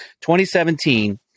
2017